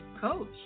Coach